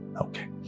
okay